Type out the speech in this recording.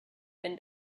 been